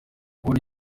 kubona